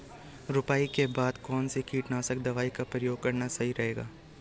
रुपाई के बाद कौन सी कीटनाशक दवाई का प्रयोग करना सही रहेगा?